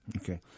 Okay